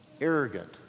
arrogant